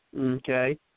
Okay